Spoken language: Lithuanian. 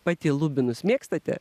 pati lubinus mėgstate